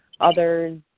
others